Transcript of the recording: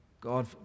God